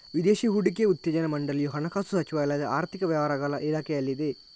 ವಿದೇಶಿ ಹೂಡಿಕೆ ಉತ್ತೇಜನಾ ಮಂಡಳಿಯು ಹಣಕಾಸು ಸಚಿವಾಲಯದ ಆರ್ಥಿಕ ವ್ಯವಹಾರಗಳ ಇಲಾಖೆಯಲ್ಲಿದೆ